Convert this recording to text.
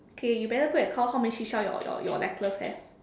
okay you better go and count how many seashells your your your necklace has